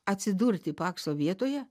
atsidurti pakso vietoje